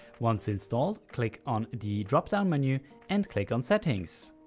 once installed click on the drop down menu and click on settings.